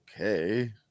okay